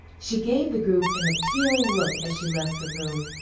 she gave the group an appealing look as she left the room,